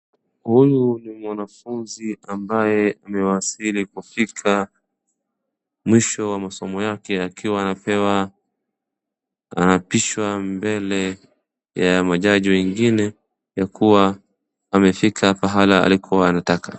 Huyu ni mwanafunzi ambaye amewasili kufika mwisho wa masomo yake akiwa anaapishwa mbele ya majaji wengine yakuwa amefika pahala alikua anataka.